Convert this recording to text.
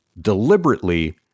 deliberately